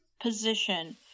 position